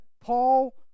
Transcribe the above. Paul